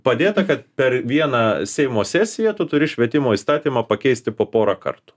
padėta kad per vieną seimo sesiją tu turi švietimo įstatymą pakeisti po porą kartų